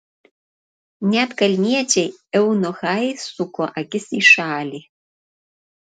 net kalniečiai eunuchai suko akis į šalį